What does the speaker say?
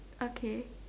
okay